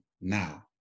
now